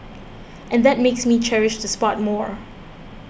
and that makes me cherish the spot more